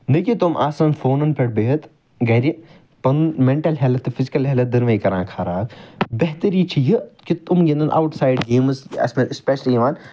نَہ کہِ تِم آسَن فونن پٮ۪ٹھ بیہِتھ گھرٕ پَنُن میٚنٹَل ہیٚلٕتھ تہٕ فِزکٕل ہیٚلٕتھ دۄنؤے کَران خَراب بہتری چھِ یہِ کہِ تِم گِندَن اَوُٹ سایڈ گیمٕز ایٚسپیشلی یِوان